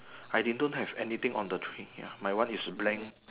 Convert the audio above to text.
I think don't have anything on the tree ya my one is blank